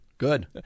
Good